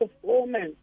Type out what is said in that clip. performance